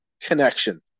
connection